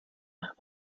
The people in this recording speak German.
nach